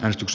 äänestys